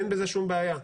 אין בזה שום בעיה.